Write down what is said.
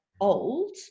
old